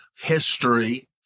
history